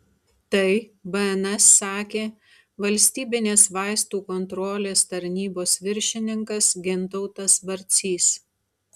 tai bns sakė valstybinės vaistų kontrolės tarnybos viršininkas gintautas barcys